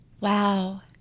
Wow